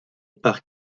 par